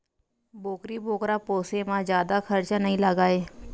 बोकरी बोकरा पोसे म जादा खरचा नइ लागय